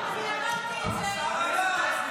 אני מבקשת לעבור להצבעה עכשיו.